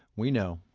we know.